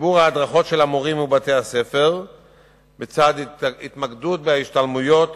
תגבור ההדרכות של המורים ובתי-הספר לצד התמקדות בהשתלמויות